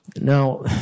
Now